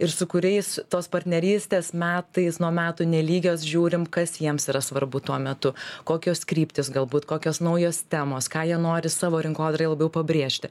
ir su kuriais tos partnerystės metais nuo metų nelygios žiūrim kas jiems yra svarbu tuo metu kokios kryptys galbūt kokios naujos temos ką jie nori savo rinkodarai labiau pabrėžti